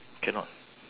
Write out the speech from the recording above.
cannot